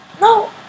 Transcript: no